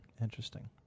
Interesting